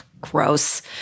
Gross